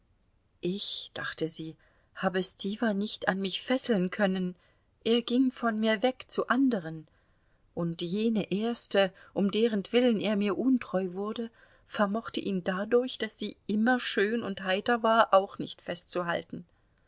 ich dachte sie habe stiwa nicht an mich fesseln können er ging von mir weg zu anderen und jene erste um deretwillen er mir untreu wurde vermochte ihn dadurch daß sie immer schön und heiter war auch nicht festzuhalten